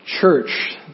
church